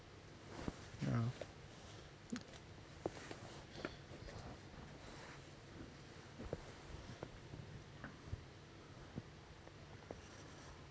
ya